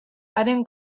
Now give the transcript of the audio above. haren